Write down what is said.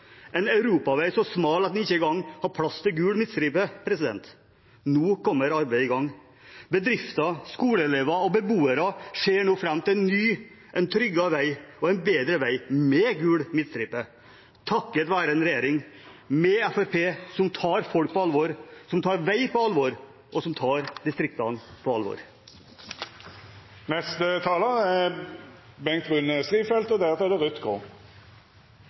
en europavei så smal at vi ikke engang har plass til gul midtstripe: Nå kommer arbeidet i gang. Bedrifter, skoleelever og beboere ser nå fram til en ny, tryggere vei – en bedre vei, med gul midtstripe – takket være en regjering med Fremskrittspartiet, som tar folk på alvor, som tar vei på alvor, og som tar distriktene på alvor.